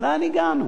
לאן הגענו?